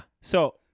So-